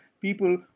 people